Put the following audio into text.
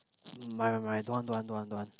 mai mai mai don't want don't want don't want don't want